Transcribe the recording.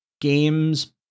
games